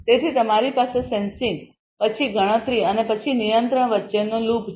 તેથી તમારી પાસે સેન્સિંગ પછી ગણતરી અને પછી નિયંત્રણ વચ્ચેનો લૂપ છે